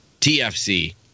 TFC